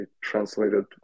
translated